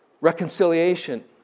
reconciliation